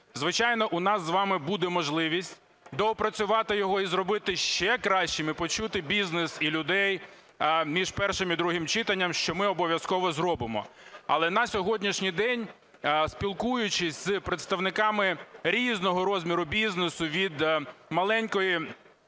Звичайно, у нас з вами буде можливість доопрацювати його і зробити ще кращим, і почути бізнес і людей між першим і другим читанням, що ми обов'язково зробимо. Але на сьогоднішній день, спілкуючись з представниками різного розміру бізнесу від маленької